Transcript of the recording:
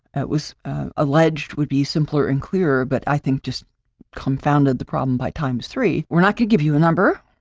that was alleged would be simpler and clearer, but i think just compounded the problem by times three. we're not gonna give you a number,